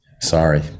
Sorry